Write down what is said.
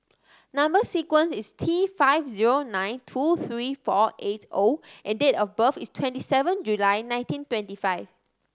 number sequence is T five zero nine two three four eight O and date of birth is twenty seven July nineteen twenty five